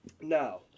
Now